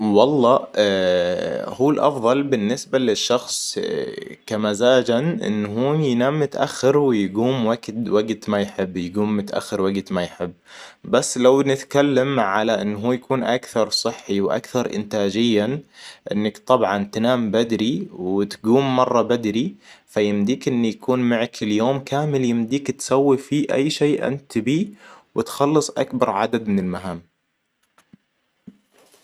والله هو الأفضل بالنسبة للشخص كمزاجاً إن هو ينام متأخر ويقوم وقت-وقت ما يحب يقوم متأخر وقت ما يحب. بس لو نتكلم على ان هو يكون أكثر صحي وأكثر انتاجياً. إنك طبعًا تنام بدري وتقوم مرة بدري فيمديك ان يكون معك في اليوم كامل يمديك تسوي فيه أي شيء انت تبيه وتخلص أكبر عدد من المهام